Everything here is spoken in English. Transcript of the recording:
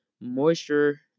Moisture